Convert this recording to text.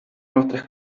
nuestras